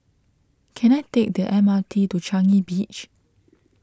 can I take the M R T to Changi Beach